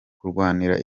kurwanira